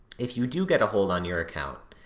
if you do get a hold on your account,